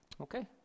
Okay